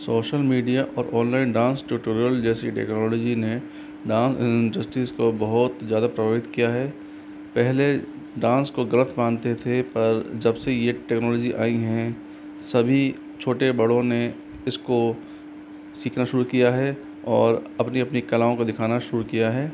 social media और online dance tutorial जैसी technology ने डाँस इंडस्टीज को बहुत ज़्यादा प्रभावित किया है पहले डाँस को ग़लत मानते थे पर जब से ये टेक्नोलॉजी आई हैं सभी छोटे बड़ों ने इसको सीखना शुरू किया है और अपनी अपनी कलाओं को दिखाना शुरू किया है